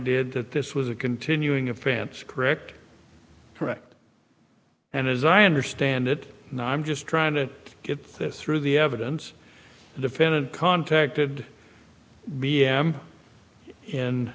did that this was a continuing of fancy correct correct and as i understand it and i'm just trying to get this through the evidence the defendant contacted b m in